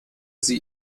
sie